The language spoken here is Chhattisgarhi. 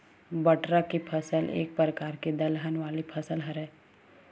बटरा के फसल एक परकार के दलहन वाले फसल हरय